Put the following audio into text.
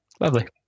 Lovely